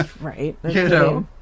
Right